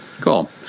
Cool